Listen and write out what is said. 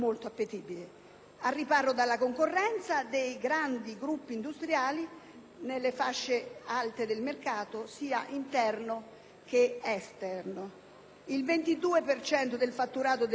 al riparo della concorrenza dei grandi gruppi industriali, nelle fasce alte del mercato, sia interno che estero. Il 22 per cento del fatturato del settore